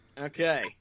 Okay